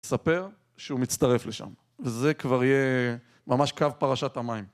תספר שהוא מצטרף לשם, וזה כבר יהיה ממש קו פרשת המים.